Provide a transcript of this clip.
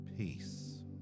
Peace